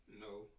No